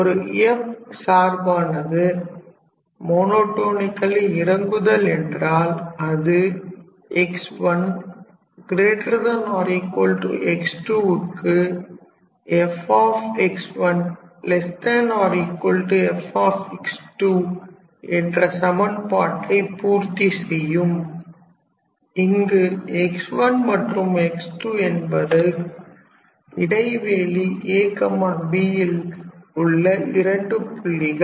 ஒரு f சார்பானது monotonically இறங்குதல் என்றால் அது x1x2 க்கு ffஎன்ற சமன்பாட்டை பூர்த்தி செய்யும் இங்கு x1 மற்றும் x2 என்பது இடைவெளி ab ல் உள்ள இரண்டு புள்ளிகள்